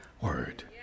word